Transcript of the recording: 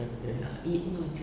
okay